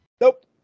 Nope